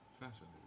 Fascinating